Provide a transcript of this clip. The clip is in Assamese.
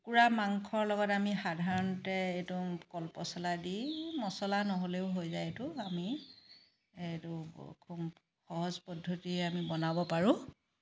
কুকুৰা মাংসৰ লগত আমি সাধাৰণতে এইটো কল পছলা দি মচলা নহ'লেও হৈ যায় এইটো আমি এইটো সহজ পদ্ধতিৰে আমি বনাব পাৰো